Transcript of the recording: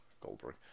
Goldberg